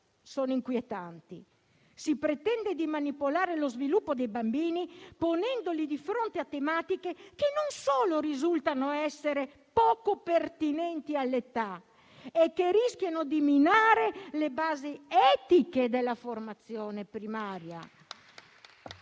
sono inquietanti. Si pretende di manipolare lo sviluppo dei bambini, ponendoli di fronte a tematiche che risultano essere poco pertinenti all'età e rischiano di minare le basi etiche della formazione primaria